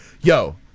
Yo